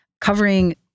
covering